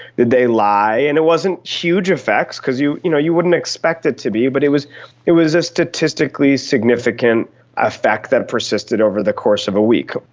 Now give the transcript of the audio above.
did they lie. and it wasn't huge effects, because you you know you wouldn't expect it to be, but it was it was a statistically significant effect that persisted over the course of a week.